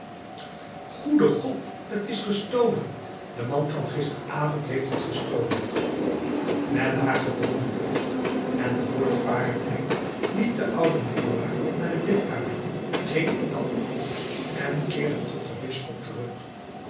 goede god t is gestolen de man van gisterenavond heeft het gestolen met haar gewone drift en voortvarendheid liep de oude magloire naar de bidkamer ging in de alkoof en keerde tot den bisschop terug